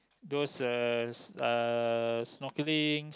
those uh uh snorkeling